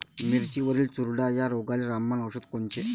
मिरचीवरील चुरडा या रोगाले रामबाण औषध कोनचे?